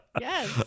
Yes